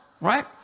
right